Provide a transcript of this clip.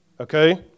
okay